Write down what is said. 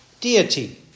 Deity